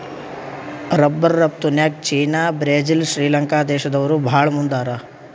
rubber ರಫ್ತುನ್ಯಾಗ್ China Brazil Sri Lanka ದೇಶ್ದವ್ರು ಭಾಳ್ ಮುಂದ್ ಹಾರ